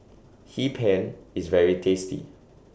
Hee Pan IS very tasty